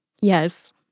Yes